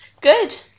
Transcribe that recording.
Good